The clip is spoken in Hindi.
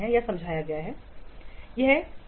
यह कॉस्ट इफेक्टिवक्यों है